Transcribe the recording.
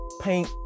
paint